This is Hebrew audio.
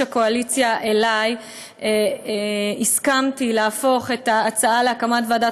הקואליציה אלי הסכמתי להפוך את ההצעה להקמת ועדת